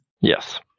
Yes